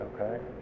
okay